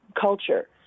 culture